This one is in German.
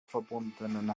verbundenen